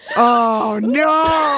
oh no.